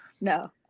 no